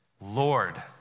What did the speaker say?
Lord